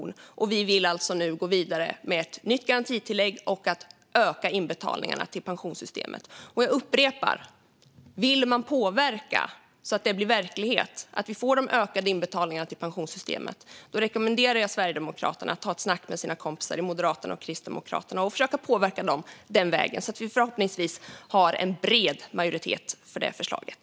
Nu vill vi alltså gå vidare med ett nytt garantitillägg och öka inbetalningarna till pensionssystemet. Jag upprepar: Vill man påverka så att det blir verklighet med de ökade inbetalningarna till pensionssystemet rekommenderar jag Sverigedemokraterna att ta ett snack med sina kompisar i Moderaterna och Kristdemokraterna och försöka påverka dem den vägen så att vi förhoppningsvis får en bred majoritet för det förslaget.